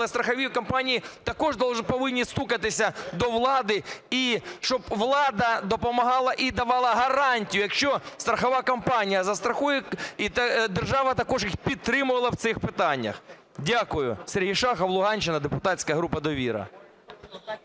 Але страхові компанії також повинні стукатися до влади і щоб влада допомагала і давала гарантії, якщо страхова компанія застрахує і держава також їх підтримувала в цих питаннях. Дякую. Сергій Шахов, Луганщина, депутатська група "Довіра".